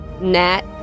Nat